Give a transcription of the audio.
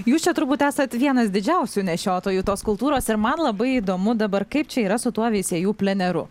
jūs čia turbūt esat vienas didžiausių nešiotojų tos kultūros ir man labai įdomu dabar kaip čia yra su tuo veisiejų pleneru